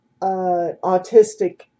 autistic